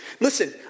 Listen